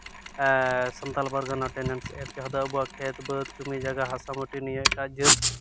Santal Pargana tenancy act ᱡᱟᱦᱟᱸ ᱫᱚ ᱟᱵᱚᱣᱟᱜ ᱠᱷᱮᱛ ᱵᱟᱹᱫᱽ ᱡᱚᱢᱤ ᱡᱟᱭᱜᱟ ᱦᱟᱥᱟ ᱢᱟᱹᱴᱤ ᱱᱤᱭᱮ ᱮᱴᱟᱜ ᱡᱟᱹᱛ